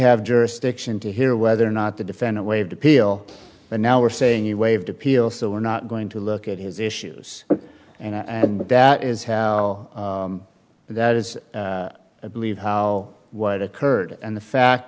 have jurisdiction to hear whether or not the defendant waived appeal and now we're saying he waived appeal so we're not going to look at his issues and that is that is i believe how what occurred and the fact